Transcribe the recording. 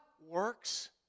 works